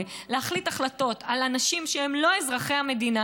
להחליט החלטות על אנשים שהם לא אזרחי המדינה,